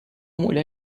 mulher